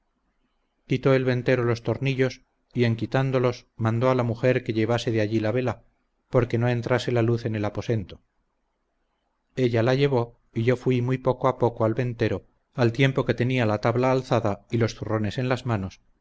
esquina quitó el ventero los tornillos y en quitándolos mandó a la mujer que llevase de allí la vela porque no entrase la luz en el aposento ella la llevó y yo fuí muy poco a poco al ventero al tiempo que tenía la tabla alzada y los zurrones en las manos